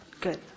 Good